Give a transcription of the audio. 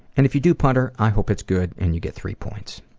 and if you do punt her, i hope it's good and you get three points.